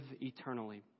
eternally